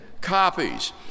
copies